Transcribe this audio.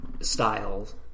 styles